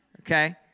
Okay